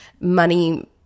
money